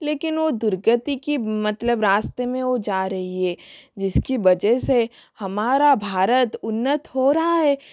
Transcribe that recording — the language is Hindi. लेकिन वह दुगर्ति कि मतलब रास्ते में वह जा रही है जिसकी वजह से हमारा भारत उन्नत हो रहा है